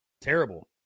Terrible